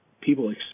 people